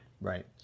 Right